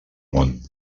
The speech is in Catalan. món